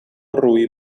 roí